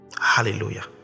Hallelujah